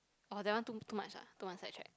orh that one too too much ah too much sidetrack